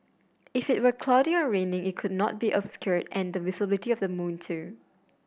if it were cloudy or raining it could not be obscured and the visibility of the moon too